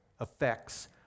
effects